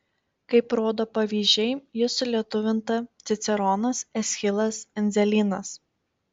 kaip rodo pavyzdžiai ji sulietuvinta ciceronas eschilas endzelynas